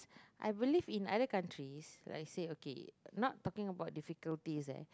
I believe in other countries I said okay not talking difficulty leh